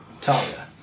Talia